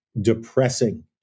depressing